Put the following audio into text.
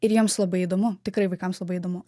ir jiems labai įdomu tikrai vaikams labai įdomu